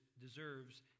deserves